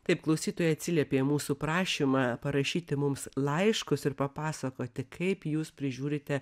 taip klausytojai atsiliepė į mūsų prašymą parašyti mums laiškus ir papasakoti kaip jūs prižiūrite